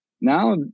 Now